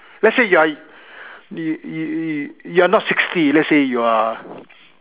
let's say you're you you you you're not sixty let's say you are